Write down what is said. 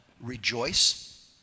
rejoice